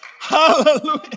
Hallelujah